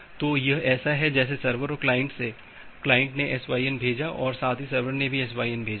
तो यह ऐसा है जैसे सर्वर और क्लाइंट से क्लाइंट ने SYN भेजा है और साथ ही सर्वर ने भी SYN भेजा है